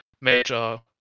major